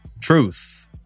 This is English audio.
Truth